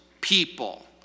people